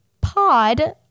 pod